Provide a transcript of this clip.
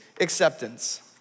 acceptance